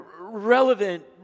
relevant